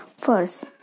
First